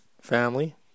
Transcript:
Family